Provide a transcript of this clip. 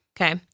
Okay